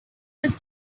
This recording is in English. this